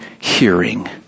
hearing